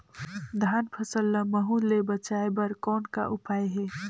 धान फसल ल महू ले बचाय बर कौन का उपाय हे?